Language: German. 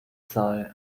zahl